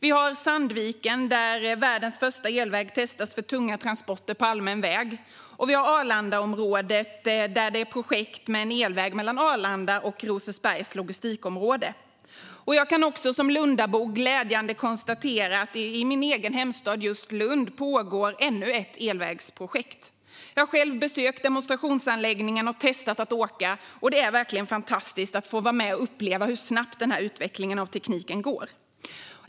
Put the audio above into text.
I Sandviken testas världens första elväg för tunga transporter på allmän väg. På Arlandaområdet pågår projekt med en elväg mellan Arlanda och Rosersbergs logistikområde. Och för mig som Lundabo är det glädjande att kunna konstatera att det just i min egen hemstad pågår ännu ett elvägsprojekt. Jag har själv besökt demonstrationsanläggningen och testat att åka, och det är verkligen fantastiskt att får vara med och uppleva hur snabbt utvecklingen av tekniken går.